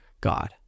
God